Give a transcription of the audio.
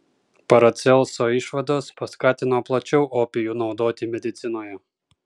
paracelso išvados paskatino plačiau opijų naudoti medicinoje